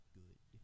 good